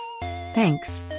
Thanks